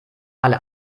alle